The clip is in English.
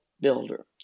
builder